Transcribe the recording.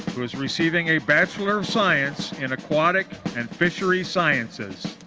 who is receiving a bachelor of science in aquatic and fishery sciences